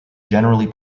generally